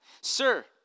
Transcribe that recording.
Sir